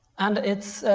and it's